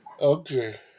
Okay